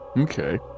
Okay